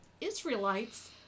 Israelites